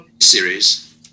Series